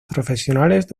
profesionales